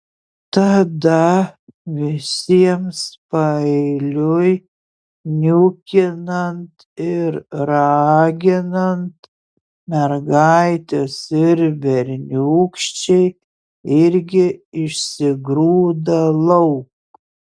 tada visiems paeiliui niukinant ir raginant mergaitės ir berniūkščiai irgi išsigrūda lauk